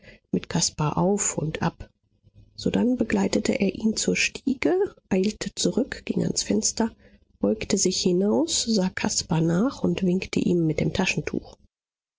mit caspar auf und ab sodann begleitete er ihn zur stiege eilte zurück ging ans fenster beugte sich hinaus sah caspar nach und winkte ihm mit dem taschentuch